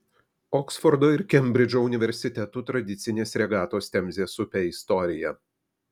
oksfordo ir kembridžo universitetų tradicinės regatos temzės upe istorija